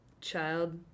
child